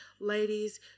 ladies